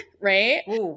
right